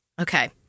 Okay